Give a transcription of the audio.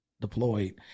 deployed